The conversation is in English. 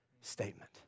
statement